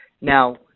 Now